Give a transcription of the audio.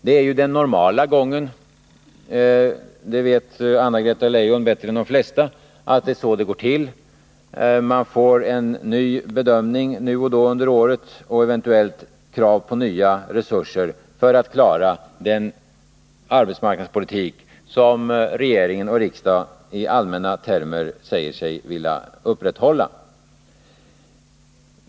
Detta är den normala gången — Anna-Greta Leijon vet bättre än de flesta att det är så det går till. Man får nya bedömningar nu och då under året och eventuellt krav på nya resurser för att klara den arbetsmarknadspolitik som regeringen och riksdagen i mer allmänna termer säger sig vilja föra.